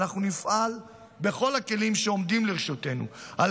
ואנחנו נפעל בכל הכלים שעומדים לרשותנו על